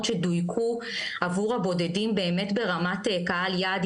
שדוייקו עבור הבודדים באמת ברמת קהל יעד,